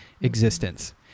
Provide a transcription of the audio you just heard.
existence